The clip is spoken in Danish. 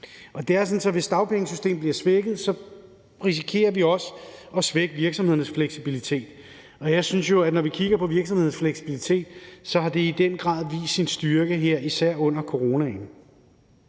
Det er sådan, at hvis dagpengesystemet bliver svækket, risikerer vi også at svække virksomhedernes fleksibilitet, og jeg synes jo, at når vi kigger på virksomhedernes fleksibilitet, har den i den grad vist sin styrke, især her under coronaen.